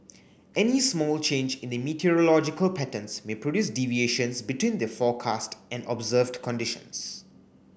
any small change in the meteorological patterns may produce deviations between the forecast and observed conditions